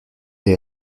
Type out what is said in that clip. est